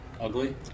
ugly